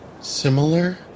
similar